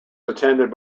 attended